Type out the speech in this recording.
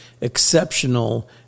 exceptional